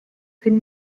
could